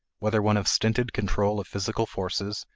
whether one of stinted control of physical forces,